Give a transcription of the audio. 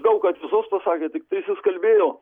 daug ką tiesos pasakė tik tais jis kalbėjo